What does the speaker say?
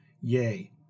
Yay